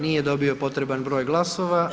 Nije dobio potreban broj glasova.